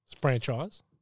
franchise